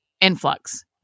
influx